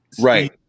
Right